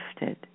lifted